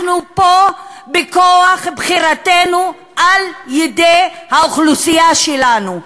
אנחנו פה בכוח בחירתנו על-ידי האוכלוסייה שלנו,